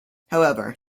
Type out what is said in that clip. however